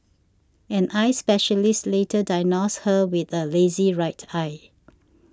an eye specialist later diagnosed her with a lazy right eye